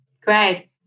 Great